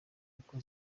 uko